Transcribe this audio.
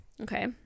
Okay